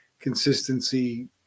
consistency